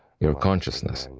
your consciousness,